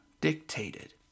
dictated